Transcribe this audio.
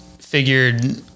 figured